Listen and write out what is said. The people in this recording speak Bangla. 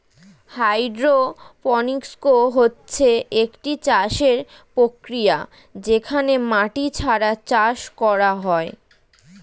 হাইড্রোপনিক্স হচ্ছে একটি চাষের প্রক্রিয়া যেখানে মাটি ছাড়া চাষ করা হয়